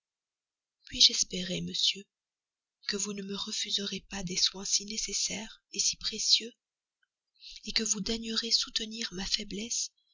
puis-je espérer monsieur que vous ne me refuserez pas des soins si nécessaires si précieux que vous daignerez soutenir ma faiblesse